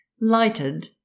lighted